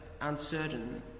uncertain